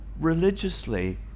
religiously